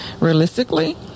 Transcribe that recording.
realistically